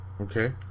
Okay